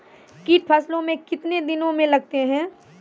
कीट फसलों मे कितने दिनों मे लगते हैं?